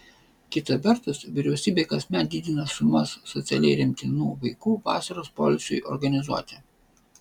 kita vertus vyriausybė kasmet didina sumas socialiai remtinų vaikų vasaros poilsiui organizuoti